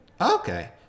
okay